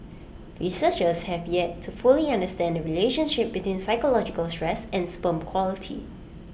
researchers have yet to fully understand the relationship between psychological stress and sperm quality